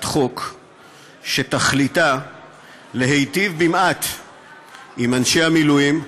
חוק שתכליתה להיטיב במעט עם אנשי המילואים,